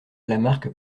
lamarque